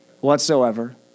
Whatsoever